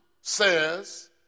says